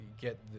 get